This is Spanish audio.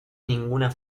ninguna